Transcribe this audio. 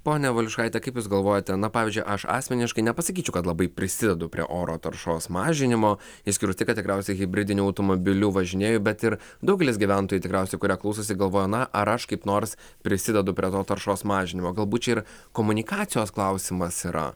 ponia valiuškaite kaip jūs galvojate na pavyzdžiui aš asmeniškai nepasakyčiau kad labai prisidedu prie oro taršos mažinimo išskyrus tai kad tikriausiai hibridiniu automobiliu važinėju bet ir daugelis gyventojų tikriausiai kurie klausosi galvoja na ar aš kaip nors prisidedu prie to taršos mažinimo galbūt čia ir komunikacijos klausimas yra